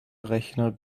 rechner